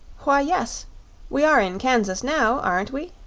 why, yes we are in kansas now, aren't we?